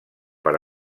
per